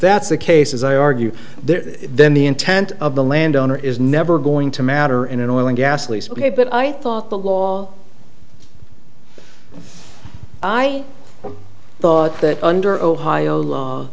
that's the case as i argue they're then the intent of the land owner is never going to matter in an oil and gas lease ok but i thought the law i thought that under ohio law